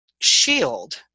shield